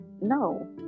no